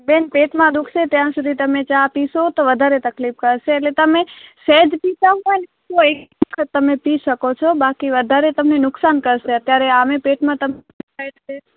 બેન પેટમાં દુઃખશે ત્યાં સુધી તમે ચા પીશો તો વધારે તકલીફ કરશે એટલે તમે સહેજ પીતાં હોય તો એક વખત તમે પી શકો છો બાકી વધારે તમને નુકસાન કરશે અત્યારે આમ પણ પેટમાં તમને દુઃખે છે